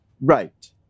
Right